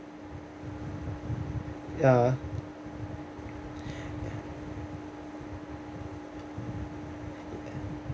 ya